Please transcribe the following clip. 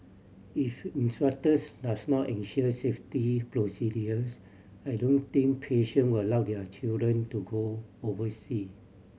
if instructors does not ensure safety procedures I don't think patient will allow their children to go oversea